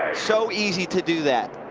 so easy to do that.